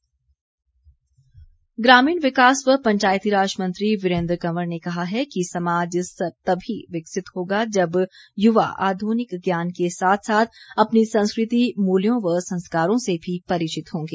वीरेन्द्र कंवर ग्रामीण विकास व पंचायतीराज मंत्री वीरेन्द्र कंवर ने कहा है कि समाज तभी विकसित होगा जब युवा आध्निक ज्ञान के साथ साथ अपनी संस्कृति मूल्यों व संस्कारों से भी परिचित होंगे